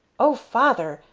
oh, father!